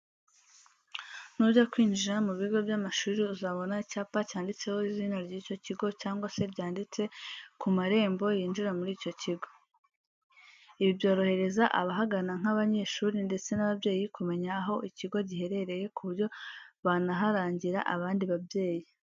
Nujya kwinjira mu bigo by'amashuri uzabona icyapa cyanditseho izina ry'icyo kigo cyangwa se ryanditse ku marembo yinjira muri icyo kigo. Ibi byorohereza abahagana nk'abanyeshuri ndetse n'ababyeyi kumenya aho ikigo giherereye ku buryo banaharangira abandi babyeyi.